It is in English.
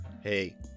hey